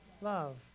love